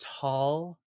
tall